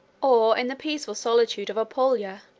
or in the peaceful solitude of apulia,